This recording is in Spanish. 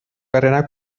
carrera